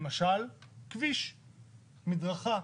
למשל כביש, מדרכה,